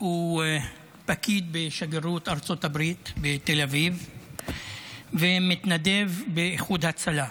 הוא פקיד בשגרירות ארצות הברית בתל אביב ומתנדב באיחוד הצלה.